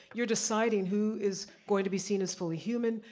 you're deciding who is going to be seen as fully human,